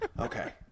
Okay